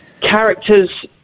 Characters